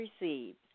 received